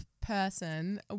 person